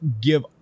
give